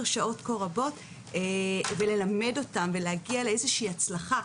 שעות כה רבות וללמד אותם ולהגיע לאיזו שהיא הצלחה.